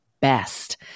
best